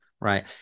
right